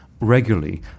regularly